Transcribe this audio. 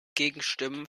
gegenstimmen